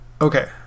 Okay